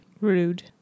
Rude